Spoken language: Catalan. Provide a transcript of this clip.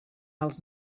els